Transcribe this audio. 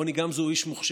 רוני גמזו הוא איש מוכשר,